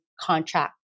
Contract